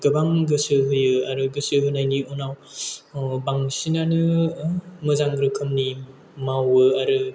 गोबां गोसो होयो आरो गोसो होनायनि उनाव बांसिनानो मोजां रोखोमनि मावो आरो